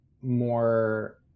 more